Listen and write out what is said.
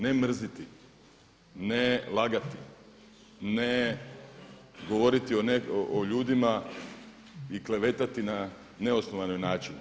Ne mrziti, ne lagati, ne govoriti o ljudima i klevetati na neosnovane načine.